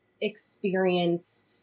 experience